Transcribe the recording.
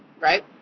right